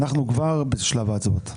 אנחנו כבר בשלב ההצבעות.